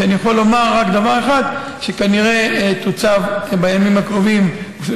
אני יכול לומר רק דבר אחד: כנראה בימים הקרובים תוצב,